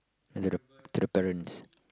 and to the to the parents